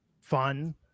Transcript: fun